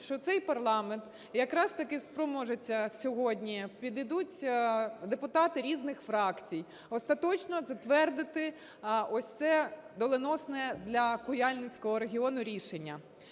що цей парламент якраз таки спроможеться сьогодні, підійдуть депутати різних фракцій, остаточно затвердити ось це доленосне для Куяльницького регіону рішення.